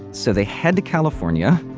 so they head to california,